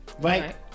Right